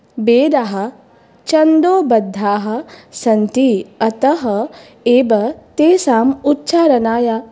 वेदाः छन्दोबद्धाः सन्ति अतः एव तेषाम् उच्चारणाय